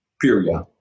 period